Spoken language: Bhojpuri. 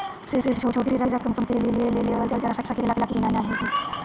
ऋण छोटी रकम के लिए लेवल जा सकेला की नाहीं?